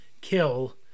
kill